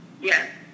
yes